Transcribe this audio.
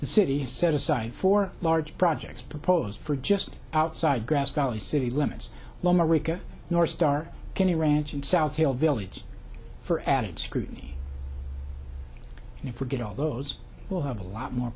the city set aside for large projects proposed for just outside grass valley city limits loma rica northstar can a ranch in southfield village for added scrutiny and if we get all those we'll have a lot more